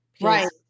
Right